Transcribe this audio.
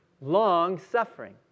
long-suffering